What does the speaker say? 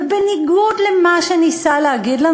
ובניגוד למה שהוא ניסה לומר לנו,